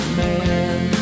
man